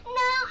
no